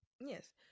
Yes